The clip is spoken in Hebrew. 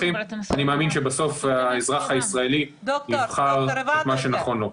אני מאמין שבסוף האזרח הישראלי יבחר את מה שנכון לו.